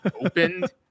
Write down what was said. opened